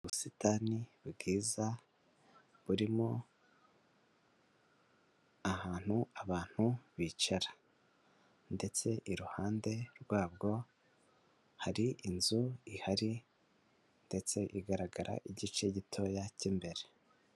Ubusitani bwiza, burimo, ahantu abantu bicara. Ndetse iruhande rwabwo, hari inzu ihari, ndetse igaragara igice gitoya cy'imbere.